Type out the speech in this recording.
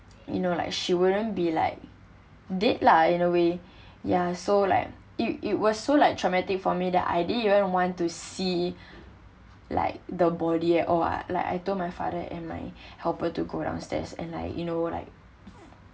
you know like she wouldn't be like dead lah in a way ya so like it it was so like traumatic for me that I didn't even want to see like the body at all like I told my father and my helper to go downstairs and like you know like